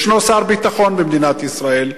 ישנו שר ביטחון במדינת ישראל,